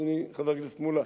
אדוני חבר הכנסת מולה?